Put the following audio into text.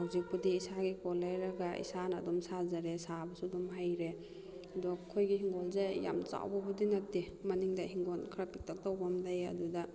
ꯍꯧꯖꯤꯛꯄꯨꯗꯤ ꯏꯁꯥꯒꯤ ꯀꯣꯟ ꯂꯩꯔꯒ ꯏꯁꯥꯅ ꯑꯗꯨꯝ ꯁꯥꯖꯔꯦ ꯁꯥꯕꯁꯨ ꯑꯗꯨꯝ ꯍꯩꯔꯦ ꯑꯗꯣ ꯑꯩꯈꯣꯏꯒꯤ ꯍꯤꯡꯒꯣꯜꯁꯦ ꯌꯥꯝꯅ ꯆꯥꯎꯕꯕꯨꯗꯤ ꯅꯠꯇꯦ ꯃꯅꯤꯡꯗ ꯍꯤꯡꯒꯣꯜ ꯈꯔ ꯄꯤꯛꯇꯛ ꯇꯧꯕ ꯑꯃ ꯂꯩ ꯑꯗꯨꯗ